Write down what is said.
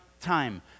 time